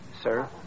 sir